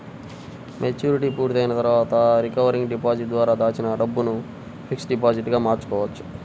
maturity పూర్తయిన తర్వాత recurring deposit ద్వారా దాచిన డబ్బును ఫిక్స్డ్ డిపాజిట్ గా మార్చుకోవచ్చు